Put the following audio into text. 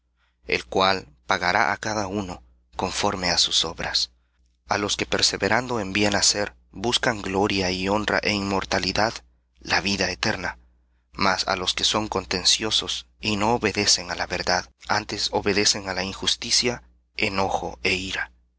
el cual pagará á cada uno conforme á sus obras a los que perseverando en bien hacer buscan gloria y honra é inmortalidad la vida eterna mas á los que son contenciosos y no obedecen á la verdad antes obedecen á la injusticia enojo é ira tribulación